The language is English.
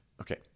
Okay